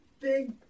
big